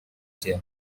jet